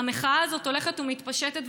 המחאה הזאת הולכת ומתפשטת,